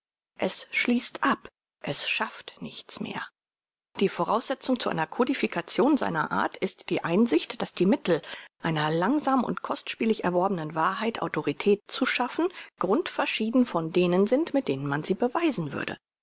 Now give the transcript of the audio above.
es schließt ab es schafft nichts mehr die voraussetzung zu einer codification seiner art ist die einsicht daß die mittel einer langsam und kostspielig erworbenen wahrheit autorität zu schaffen grundverschieden von denen sind mit denen man sie beweisen würde